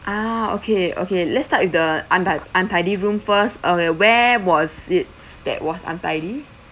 ah okay okay let's start with the unti~ untidy room first okay where was it that was untidy